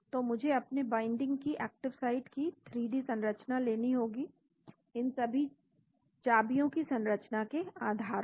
तो मुझे अपनी बाइंडिंग की एक्टिव साइट की 3 डी संरचना लेनी होगी इन सभी चाबियों की संरचनाओं के आधार पर